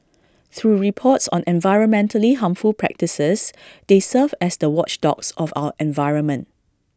through reports on environmentally harmful practices they serve as the watchdogs of our environment